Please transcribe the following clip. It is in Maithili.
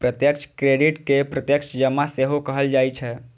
प्रत्यक्ष क्रेडिट कें प्रत्यक्ष जमा सेहो कहल जाइ छै